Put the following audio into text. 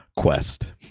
quest